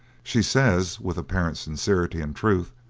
she says, with apparent sincerity and truth,